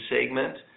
segment